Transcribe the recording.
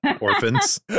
orphans